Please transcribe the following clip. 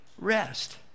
rest